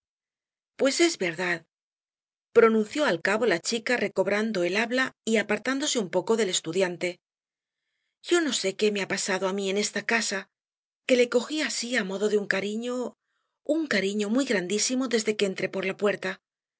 pues es verdad pronunció al cabo la chica recobrando el habla y apartándose un poco del estudiante yo no sé qué me ha pasado á mí en esta casa que le cogí así á modo de un cariño un cariño muy grandísimo desde que entré por la puerta